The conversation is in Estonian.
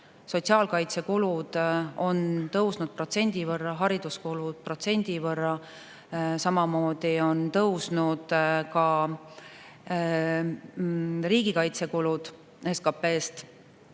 sotsiaalkaitsekulud on tõusnud protsendi võrra, hariduskulud protsendi võrra, samamoodi on tõusnud riigikaitsekulud SKP‑st.